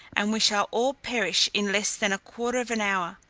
and we shall all perish in less than a quarter of an hour.